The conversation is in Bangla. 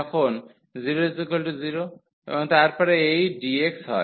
তখন 0 0 এবং তারপরে এই dx হয়